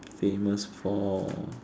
famous for